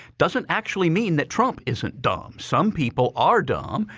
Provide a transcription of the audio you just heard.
doesn't actually mean that trump isn't dumb. some people are dumb.